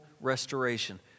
restoration